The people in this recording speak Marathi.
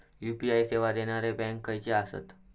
यू.पी.आय सेवा देणारे बँक खयचे आसत?